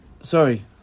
Sorry